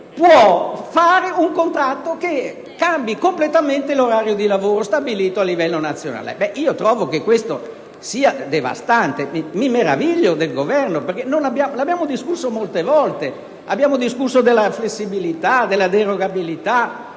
può fare un contratto che modifica completamente l'orario di lavoro stabilito a livello nazionale. Trovo che questo sia devastante, e mi meraviglio del Governo, visto che abbiamo discusso molte volte della flessibilità e della derogabilità: